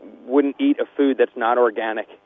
wouldn't-eat-a-food-that's-not-organic